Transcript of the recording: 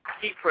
Keep